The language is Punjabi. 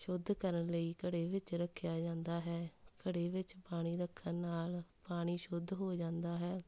ਸ਼ੁੱਧ ਕਰਨ ਲਈ ਘੜੇ ਵਿੱਚ ਰੱਖਿਆ ਜਾਂਦਾ ਹੈ ਘੜੇ ਵਿੱਚ ਪਾਣੀ ਰੱਖਣ ਨਾਲ਼ ਪਾਣੀ ਸ਼ੁੱਧ ਹੋ ਜਾਂਦਾ ਹੈ